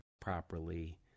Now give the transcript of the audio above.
properly